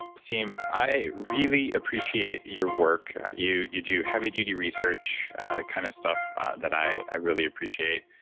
siim, i really appreciate your work. you you do heavy duty research, the kind of stuff that i i really appreciate,